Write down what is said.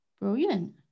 Brilliant